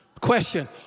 Question